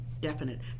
definite